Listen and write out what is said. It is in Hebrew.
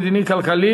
המדיני והכלכלי,